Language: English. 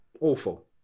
awful